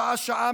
שעה-שעה,